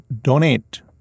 donate